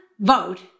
vote